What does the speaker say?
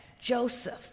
Joseph